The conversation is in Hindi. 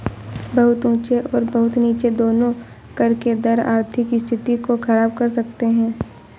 बहुत ऊँचे और बहुत नीचे दोनों कर के दर आर्थिक स्थिति को ख़राब कर सकते हैं